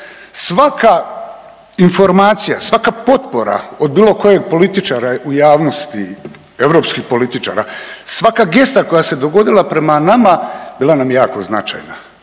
svaka informacija, svaka potpora od bilo kojeg političara u javnosti, europskih političara, svaka gesta koja se dogodila prema nama bila nam je jako značajna.